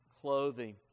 clothing